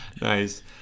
Nice